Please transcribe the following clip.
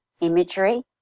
imagery